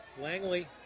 Langley